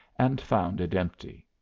and found it empty.